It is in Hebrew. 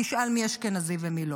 תשאל מי אשכנזי ומי לא.